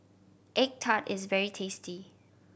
egg tart is very tasty